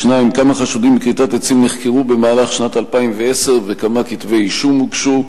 2. כמה חשודים בכריתת עצים נחקרו במהלך שנת 2010 וכמה כתבי-אישום הוגשו?